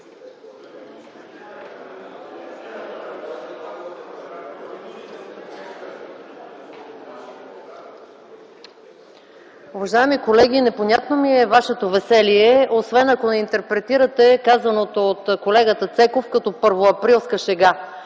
Уважаеми колеги, непонятно ми е вашето веселие, освен ако не интерпретирате казаното от колегата Цеков като първоаприлска шега,